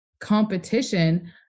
competition